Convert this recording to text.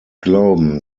glauben